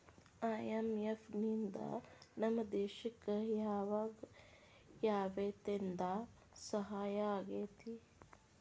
IMF ನಿಂದಾ ನಮ್ಮ ದೇಶಕ್ ಯಾವಗ ಯಾವ್ರೇತೇಂದಾ ಸಹಾಯಾಗೇತಿ?